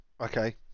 Okay